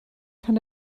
kann